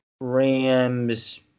rams